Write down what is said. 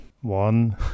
One